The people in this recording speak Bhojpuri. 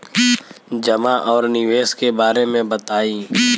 जमा और निवेश के बारे मे बतायी?